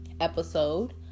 episode